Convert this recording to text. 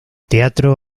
teatro